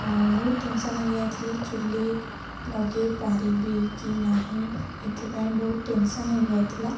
ବହୁତ ଟେନସନ୍ ହେଇଯାଇଥିଲି ଚୁଲି ଲଗାଇ ପାରିବି କି ନାହିଁ ଏଥିପାଇଁ ବହୁତ ଟେନସନ୍ ହେଇଯାଇଥିଲା